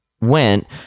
went